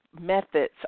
methods